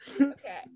Okay